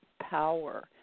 power